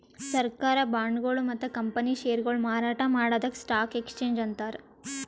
ಸರ್ಕಾರ್ ಬಾಂಡ್ಗೊಳು ಮತ್ತ್ ಕಂಪನಿ ಷೇರ್ಗೊಳು ಮಾರಾಟ್ ಮಾಡದಕ್ಕ್ ಸ್ಟಾಕ್ ಎಕ್ಸ್ಚೇಂಜ್ ಅಂತಾರ